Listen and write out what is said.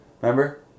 Remember